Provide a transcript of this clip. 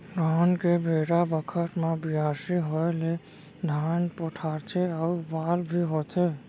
धान के बेरा बखत म बियासी होय ले धान पोठाथे अउ बाल भी होथे